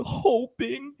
hoping